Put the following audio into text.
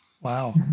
Wow